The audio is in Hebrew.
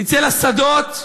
נצא לשדות,